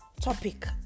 topic